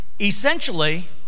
Essentially